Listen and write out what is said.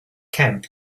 camp